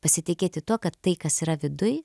pasitikėti tuo kad tai kas yra viduj